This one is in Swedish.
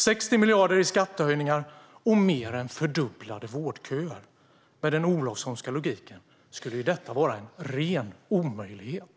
60 miljarder i skattehöjningar och mer än fördubblade vårdköer - med den olovssonska logiken skulle detta vara en ren omöjlighet.